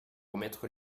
remettre